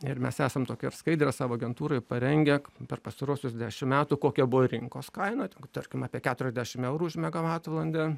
ir mes esam tokias ir skaidres savo agentūrai parengę per pastaruosius dešim metų kokia buvo rinkos kaina tarkim apie keturiasdešim eurų už megavatvalandę